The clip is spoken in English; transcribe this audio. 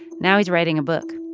now he's writing a book